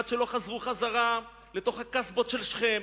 עד שלא חזרו לתוך הקסבות של שכם,